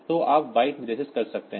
तो आप बाइट निर्दिष्ट कर सकते हैं